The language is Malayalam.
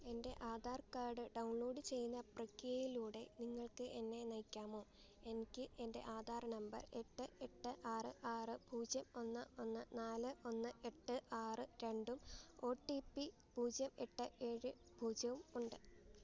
എന്റെ ആധാർ കാർഡ് ഡൗൺലോഡ് ചെയ്യുന്ന പ്രക്രിയയിലൂടെ നിങ്ങൾക്ക് എന്നെ നയിക്കാമോ എനിക്ക് എന്റെ ആധാർ നമ്പർ എട്ട് എട്ട് ആറ് ആറ് പൂജ്യം ഒന്ന് ഒന്ന് നാല് ഒന്ന് എട്ട് ആറ് രണ്ടും ഒ ടി പി പൂജ്യം എട്ട് ഏഴ് പൂജ്യവും ഉണ്ട്